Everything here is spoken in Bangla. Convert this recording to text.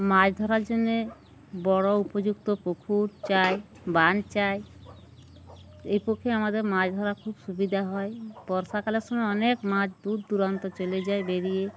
মাছ ধরার জন্যে বড়ো উপযুক্ত পুকুর চায় বাঁধ চায় এ পক্ষে আমাদের মাছ ধরাার খুব সুবিধা হয় বর্ষাকালের সময় অনেক মাছ দূর দূরান্ত চলে যায় বেরিয়ে